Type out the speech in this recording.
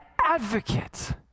advocate